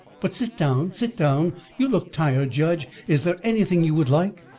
but sit down sit down you look tired, judge. is there anything you would like?